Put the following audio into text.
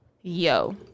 Yo